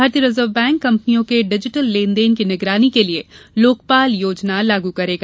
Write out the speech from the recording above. भारतीय Reserve Bank कंपनियों के डिजिटल लेनदेन की निगरानी के लिए लोकपाल योजना लागू करेगा